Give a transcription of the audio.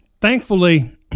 thankfully